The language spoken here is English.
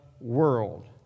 world